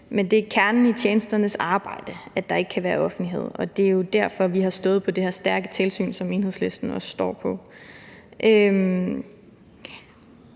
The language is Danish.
men det er kernen i tjenesternes arbejde, at der ikke kan være offentlighed, og det er jo derfor, vi har stået på det her stærke tilsyn, som Enhedslisten også står på.